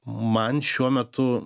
man šiuo metu